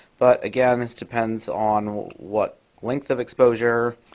but again, this depends on what length of exposure,